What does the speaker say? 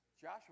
Joshua